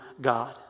God